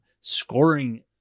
scoring